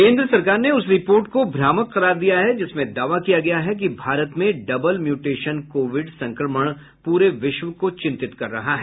केंद्र सरकार ने उस रिपोर्ट को भ्रामक करार दिया है जिसमें दावा किया गया है कि भारत में डबल म्यूटेशन कोविड संक्रमण पूरे विश्व को चिंतित कर रहा है